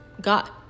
got